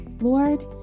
Lord